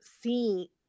see